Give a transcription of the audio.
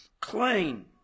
clean